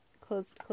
close